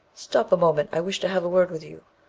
stop a moment i wish to have a word with you.